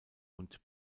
und